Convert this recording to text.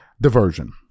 Diversion